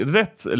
rätt